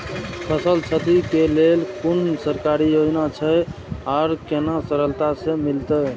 फसल छति के लेल कुन सरकारी योजना छै आर केना सरलता से मिलते?